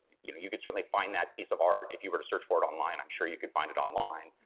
you you can certainly find that piece of art, if you were to search for it online, i'm sure you could find it online,